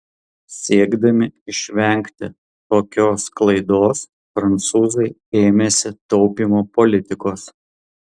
siekdami išvengti tokios klaidos prancūzai ėmėsi taupymo politikos